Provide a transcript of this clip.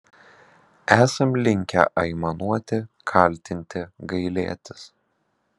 esam linkę aimanuoti kaltinti gailėtis